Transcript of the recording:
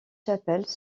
chapelle